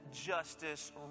justice